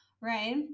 right